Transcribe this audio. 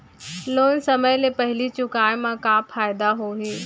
Loan समय ले पहिली चुकाए मा का फायदा होही?